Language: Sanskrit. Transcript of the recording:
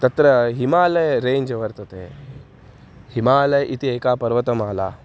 तत्र हिमालयः रेञ्ज् वर्तते हिमालयः इति एका पर्वतमाला